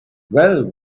well